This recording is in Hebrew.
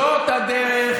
זאת הדרך,